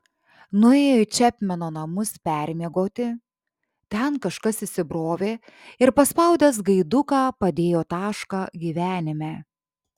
nuėjo į čepmeno namus permiegoti ten kažkas įsibrovė ir paspaudęs gaiduką padėjo tašką gyvenime